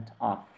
off